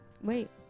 Wait